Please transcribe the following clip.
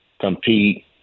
compete